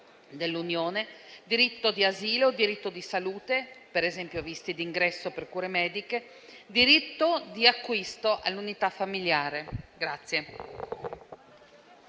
dell'Unione, diritto di asilo, diritto di salute (per esempio, visti d'ingresso per cure mediche), diritto all'unità familiare.